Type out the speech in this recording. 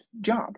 job